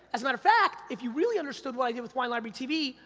as and fact, if you really understood what i did with wine library tv,